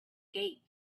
gates